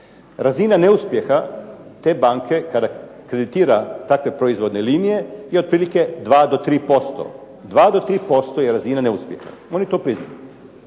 Razina neuspjeha te banke kreditira takve proizvodne linije i otprilike 2 do 3%. 2 do 3% je razina neuspjeha, oni to priznaju